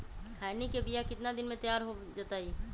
खैनी के बिया कितना दिन मे तैयार हो जताइए?